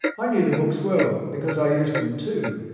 i knew the books well, because i used them too,